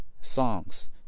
songs